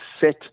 set